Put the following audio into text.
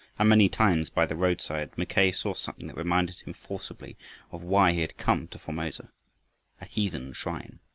and many times by the roadside mackay saw something that reminded him forcibly of why he had come to formosa a heathen shrine.